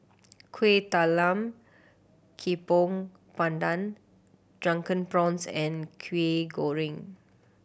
Kueh Talam Tepong Pandan Drunken Prawns and Kwetiau Goreng